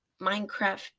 Minecraft